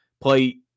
Play